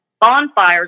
bonfires